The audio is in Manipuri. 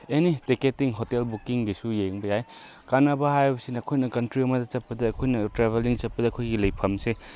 ꯑꯦꯅꯤ ꯇꯤꯀꯦꯠꯇꯤꯡ ꯍꯣꯇꯦꯜ ꯕꯨꯛꯀꯤꯡꯒꯤꯁꯨ ꯌꯦꯡꯕ ꯌꯥꯏ ꯀꯥꯟꯅꯕ ꯍꯥꯏꯕꯁꯤꯅ ꯑꯩꯈꯣꯏꯅ ꯀꯟꯇ꯭ꯔꯤ ꯑꯃꯗ ꯆꯠꯄꯗ ꯑꯩꯈꯣꯏꯅ ꯇ꯭ꯔꯦꯕꯦꯜꯂꯤꯡ ꯆꯠꯄꯗ ꯑꯩꯈꯣꯏꯅ ꯂꯩꯐꯝꯁꯦ